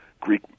Greek